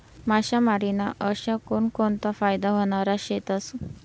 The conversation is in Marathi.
मासामारी ना अशा कोनकोनता फायदा व्हनारा शेतस?